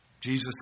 Jesus